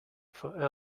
for